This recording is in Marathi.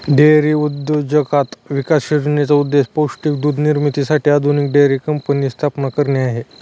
डेअरी उद्योजकता विकास योजनेचा उद्देश पौष्टिक दूध निर्मितीसाठी आधुनिक डेअरी कंपन्यांची स्थापना करणे आहे